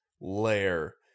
lair